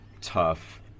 tough